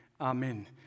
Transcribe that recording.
Amen